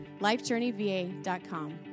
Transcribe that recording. lifejourneyva.com